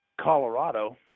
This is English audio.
Colorado